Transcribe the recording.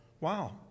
Wow